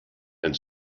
and